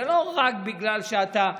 זה לא רק בגלל שאתה ראש,